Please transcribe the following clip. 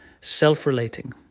self-relating